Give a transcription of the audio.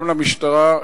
גם למשטרה,